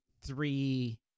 three